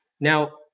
Now